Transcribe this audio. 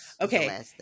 Okay